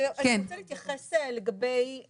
אני רוצה להתייחס למה